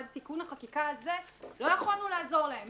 עד תיקון החקיקה הזה לא יכולנו לעזור להם,